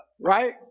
Right